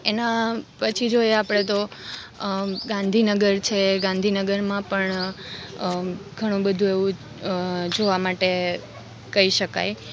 એના પછી જોઈએ આપણે તો ગાંધીનગર છે ગાંધીનગરમાં પણ ઘણું બધું એવું જોવા માટે કહી શકાય